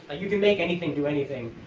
ah you can make anything, do anything.